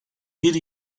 bir